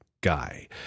guy